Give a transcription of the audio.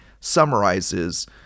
summarizes